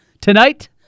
tonight